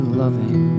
loving